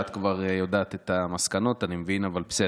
את כבר יודעת את המסקנות, אני מבין, אבל בסדר.